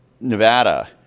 Nevada